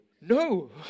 no